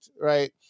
right